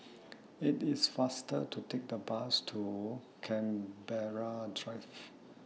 IT IS faster to Take The Bus to Canberra Drive